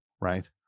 Right